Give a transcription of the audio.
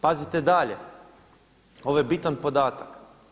Pazite dalje, ovo je bitan podatak.